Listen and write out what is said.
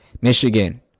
Michigan